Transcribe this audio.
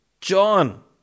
John